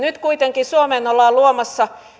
nyt kuitenkin suomeen ollaan luomassa